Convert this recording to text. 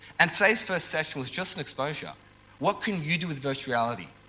and today's first session was just an exposure what can you do with virtual reality?